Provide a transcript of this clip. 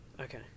Okay